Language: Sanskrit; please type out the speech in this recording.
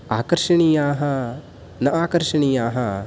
आकर्षणीयाः न आकर्षणीयाः